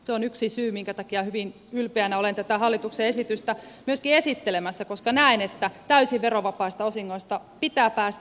se on yksi syy minkä takia hyvin ylpeänä olen tätä hallituksen esitystä myöskin esittelemässä koska näen että täysin verovapaista osingoista pitää päästä eroon